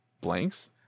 blanks